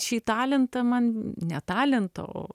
šį talentą man ne talentą o